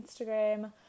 Instagram